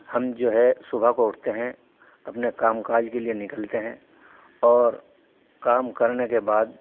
ہم جو ہے صبح کو اٹھتے ہیں اپنے کام کاج کے لیے نکلتے ہیں اور کام کرنے کے بعد